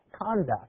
conduct